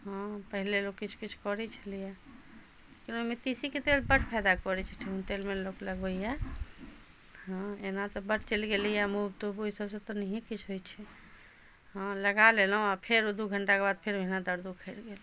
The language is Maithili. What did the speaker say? हँ पहिने लोग किछु किछु करै छलै हँ ओहिमे तीसी के तेल बड फायदा करै छै ठेहुन तेहुन मे लगबैया हँ एना तऽ बड चलि गेलैया ओहिसब से तऽ नहिए किछो होइ छै हँ लगा लेलहुॅं फेर ओ दू घंटा के बाद फेर ओहिना दर्द उखरि गेल